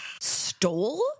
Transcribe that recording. stole